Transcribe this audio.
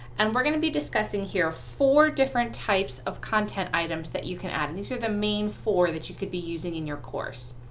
and we're going to be discussing here four different types of content items that you can add. these are the main four that you could be using in your course,